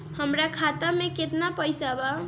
हमरा खाता में केतना पइसा बा?